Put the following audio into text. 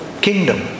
kingdom